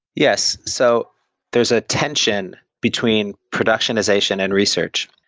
yes. so there's a tension between productionization and research.